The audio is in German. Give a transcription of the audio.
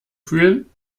fühlen